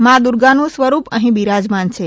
મા દુર્ગાનું સ્વરૂપ અહીં બિરાજમાન છે